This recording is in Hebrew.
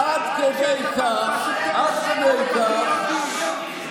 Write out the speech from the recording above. שר המשפטים,